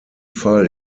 fall